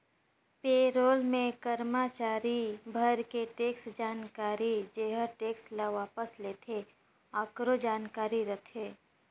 पे role मे करमाचारी भर के टेक्स जानकारी जेहर टेक्स ल वापस लेथे आकरो जानकारी रथे